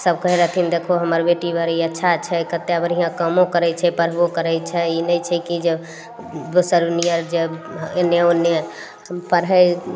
सब कहय रहथिन देखो हमर बेटी बड़ी अच्छा छै कते बढ़िआँ कामो करय छै पढ़बो करय छै ई नै छै कि जे दोसर नियन जे एन्ने ओन्ने पढ़य